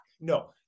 no